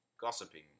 gossiping